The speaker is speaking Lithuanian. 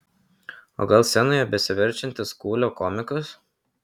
o gal scenoje besiverčiantis kūlio komikas